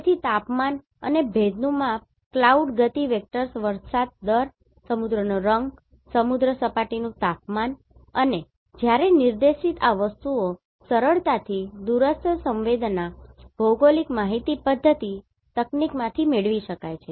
તેથી તાપમાન અને ભેજનું માપ ક્લાઉડ ગતિ વેક્ટર્સ વરસાદ દર સમુદ્રનો રંગ સમુદ્ર સપાટીનું તાપમાન અને જ્યારે નિર્દેશિત આ વસ્તુઓ સરળતાથી Remote sensing દૂરસ્થ સંવેદના GIS ભૌગોલિક માહિતી પધ્ધતિ તકનીકમાંથી મેળવી શકાય છે